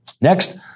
Next